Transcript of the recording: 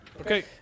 Okay